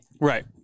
Right